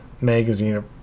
magazine